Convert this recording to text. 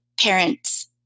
parents